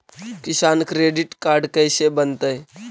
किसान credit card कैसे बनतै?